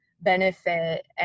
benefit